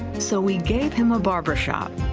so we gave him a barber shop.